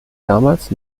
damals